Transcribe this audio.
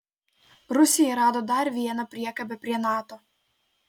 rusija rado dar vieną priekabę prie nato